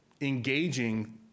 engaging